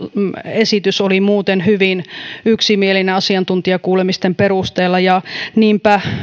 esitys oli muuten hyvin yksimielinen asiantuntijakuulemisten perusteella niinpä